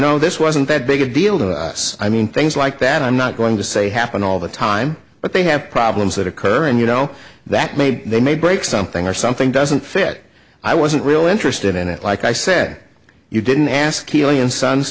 know this wasn't that big a deal to us i mean things like that i'm not going to say happen all the time but they have problems that occur and you know that maybe they may break something or something doesn't fit i wasn't real interested in it like i said you didn't ask elian sons